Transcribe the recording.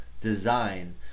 Design